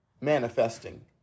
Manifesting